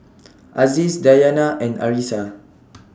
Aziz Dayana and Arissa